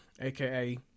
AKA